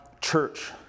church